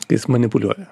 kai jis manipuliuoja